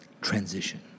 transition